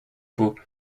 faut